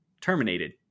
terminated